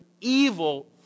evil